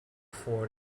forward